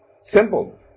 simple